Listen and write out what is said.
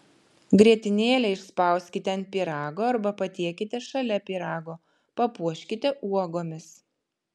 grietinėlę išspauskite ant pyrago arba patiekite šalia pyrago papuoškite uogomis